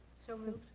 so moved.